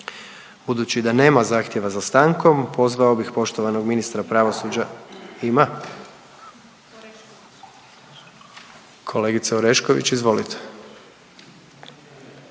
Budući da nema zahtjeva za stankom pozvao bih poštovanog ministra pravosuđa, ima, kolegice Orešković izvolite.